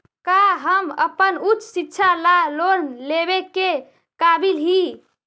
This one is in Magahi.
का हम अपन उच्च शिक्षा ला लोन लेवे के काबिल ही?